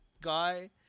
guy